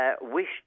wished